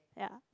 ya